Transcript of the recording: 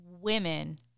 women